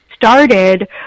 started